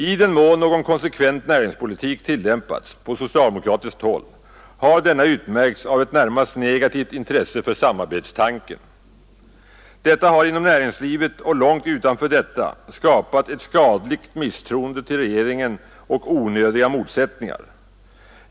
I den mån någon konsekvent näringspolitik tillämpats på socialdemokratiskt håll har denna utmärkts av ett närmast negativt intresse för samarbetstanken. Det har inom näringslivet och långt utanför detta skapat ett skadligt misstroende mot regeringen och onödiga motsättningar.